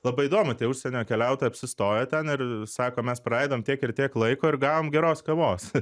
labai įdomu tie užsienio keliautojai apsistojo ten ir sako mes praleidom tiek ir tiek laiko ir gavom geros kavos